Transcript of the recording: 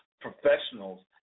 professionals